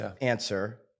answer